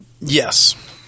Yes